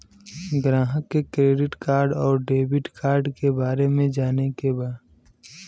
ग्राहक के credit card और डेविड कार्ड के बारे में जाने के बा?